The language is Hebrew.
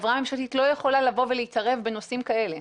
החברה הממשלתית לא יכולה לבוא ולהתערב בנושאים כאלה.